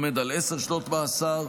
עומד על עשר שנות מאסר,